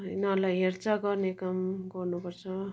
यिनीहरूलाई हेरचाह गर्ने काम गर्नुपर्छ